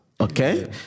Okay